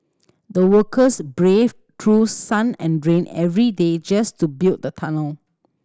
the workers braved through sun and rain every day just to build the tunnel